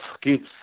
kids